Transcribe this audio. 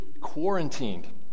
quarantined